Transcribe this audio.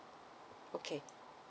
okay